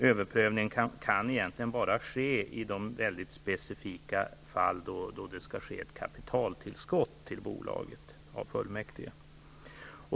Överprövning kan egentligen bara ske i de mycket specifika fall då det är fråga om ett kapitaltillskott till bolaget från fullmäktige.